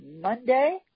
Monday